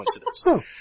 coincidence